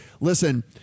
Listen